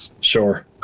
sure